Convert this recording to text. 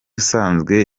usanzwe